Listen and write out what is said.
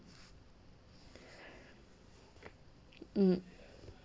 mm